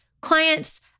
clients